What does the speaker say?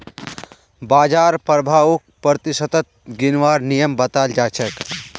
बाजार प्रभाउक प्रतिशतत गिनवार नियम बताल जा छेक